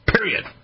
Period